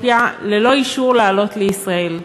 מאחור באתיופיה, ללא אישור לעלות לישראל.